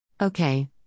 Okay